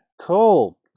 Cool